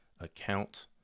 account